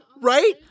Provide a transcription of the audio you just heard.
Right